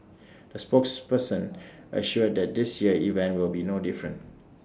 the spokesperson assured that this year's event will be no different